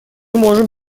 можем